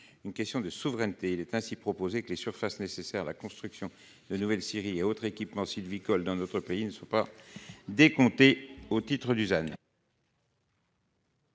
un enjeu de souveraineté. Il est ainsi proposé que les surfaces nécessaires à la construction de nouvelles scieries et autres équipements sylvicoles dans notre pays ne soient pas décomptées au titre du ZAN.